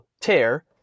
tear